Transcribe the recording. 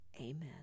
Amen